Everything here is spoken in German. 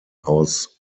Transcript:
aus